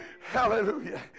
hallelujah